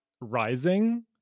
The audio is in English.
rising